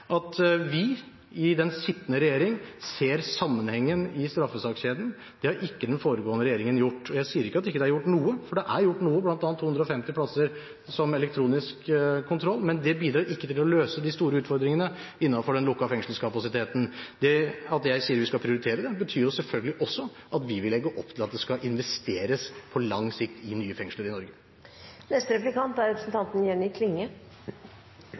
at vi i den sittende regjering ser sammenhengen i straffesakskjeden. Det har ikke den foregående regjeringen gjort. Jeg sier ikke at det ikke er gjort noe, for det er gjort noe, bl.a. 250 plasser som elektronisk kontroll, men det bidrar ikke til å løse de store utfordringene innenfor den lukkede fengselskapasiteten. Det at jeg sier vi skal prioritere det, betyr selvfølgelig også at vi vil legge opp til at det skal investeres på lang sikt i nye fengsler i Norge. Det er